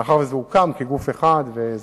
מאחר שזה הוקם כגוף זמני.